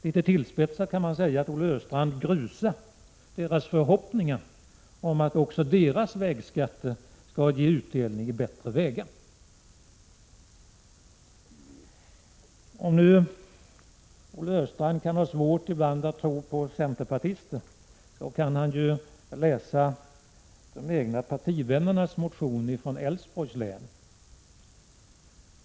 Litet tillspetsat kan man säga att Olle Östrand grusar deras förhoppningar om att också deras vägskatter skall ge utdelning i bättre vägar. Om nu Olle Östrand har svårt att tro på centerpartister kan han ju läsa motionen från de egna partivännerna i Älvsborgs län.